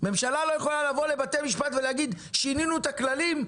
ממשלה לא יכולה לבוא לבתי המשפט ולהגיד: שינינו את הכללים,